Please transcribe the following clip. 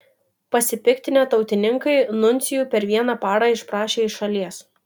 pasipiktinę tautininkai nuncijų per vieną parą išprašė iš šalies